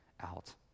out